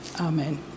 Amen